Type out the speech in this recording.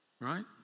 Right